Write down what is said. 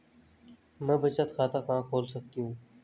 मैं बचत खाता कहां खोल सकती हूँ?